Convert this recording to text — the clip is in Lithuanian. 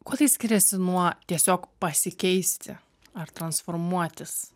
kuo tai skiriasi nuo tiesiog pasikeisti ar transformuotis